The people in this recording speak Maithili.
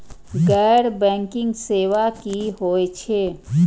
गैर बैंकिंग सेवा की होय छेय?